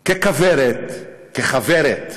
ככוורת,